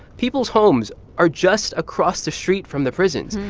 people's homes are just across the street from the prisons.